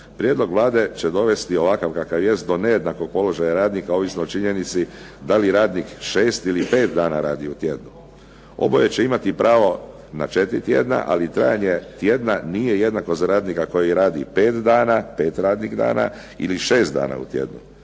Prijedlog Vlade će dovesti ovakav kakav jest do nejednakog položaja radnika ovisno o činjenici da li radnik 6 ili 5 dana radi u tjednu. Oboje će imati pravo na 4 tjedna, ali trajanje tjedna nije jednako za radnika koji pet radnih dana ili šest dana u tjednu.